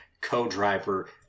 co-driver